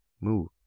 Move